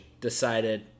decided